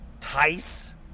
Tice